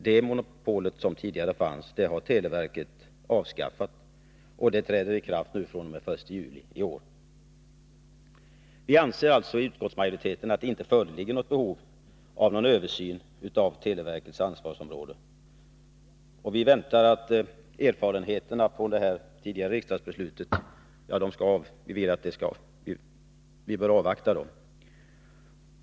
Det monopol som tidigare fanns har televerket avskaffat. Beslutet träder i kraft fr.o.m. den 1 juli i år. Utskottsmajoriteten anser att det inte föreligger något behov av en översyn av televerkets ansvarsområde. Vi anser att erfarenheterna från det tidigare riksdagsbeslutet bör avvaktas.